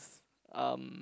um